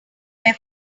were